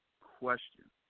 question